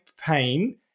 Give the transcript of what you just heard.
pain